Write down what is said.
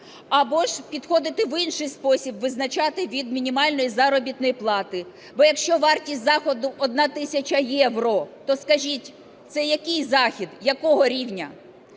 або ж підходити в інший спосіб, визначати від мінімальної заробітної плати. Бо якщо вартість заходу 1 тисяча євро, то скажіть, це який захід, якого рівня?